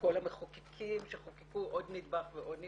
וכל המחוקקים שחוקקו עוד נדבך ועוד נדבך.